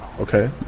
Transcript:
okay